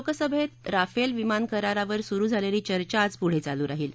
लोकसभेत राफेल विमान करारावर सुरु झालेली चर्चा आज पुढे चालू राहील